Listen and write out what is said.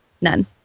None